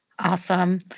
Awesome